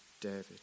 David